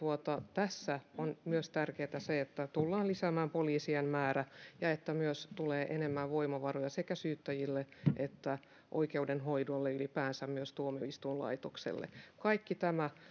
tässä on myös tärkeätä se että tullaan lisäämään poliisien määrää ja että myös tulee enemmän voimavaroja sekä syyttäjille että oikeudenhoidolle ylipäänsä myös tuomioistuinlaitokselle kaikki tämä